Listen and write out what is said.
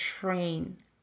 train